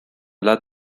las